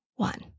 One